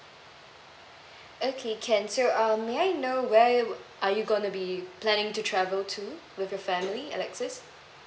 okay can so uh may I know where are you're going to be planning to travel to with your family alexis